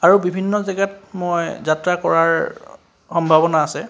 আৰু বিভিন্ন জেগাত মই যাত্ৰা কৰাৰ সম্ভাৱনা আছে